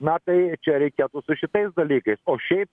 na tai čia reikėtų su šitais dalykais o šiaip